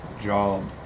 job